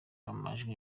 amajwi